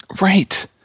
Right